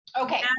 Okay